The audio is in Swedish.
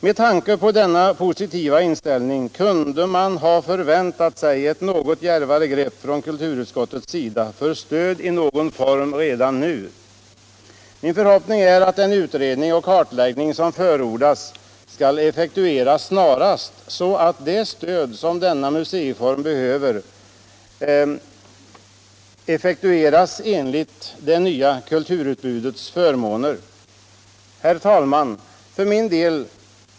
Med tanke på denna positiva inställning kunde man ha förväntat sig ett något djärvare grepp från kulturutskottets sida för stöd i någon form redan nu. Min förhoppning är att den utredning och kartläggning som förordas skall verkställas snarast, så att det stöd som denna museiform behöver effektueras i enlighet med det nya kulturutbudets förmåner. Herr talman!